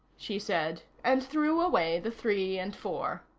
she said, and threw away the three and four.